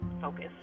focus